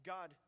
God